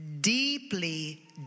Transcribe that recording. deeply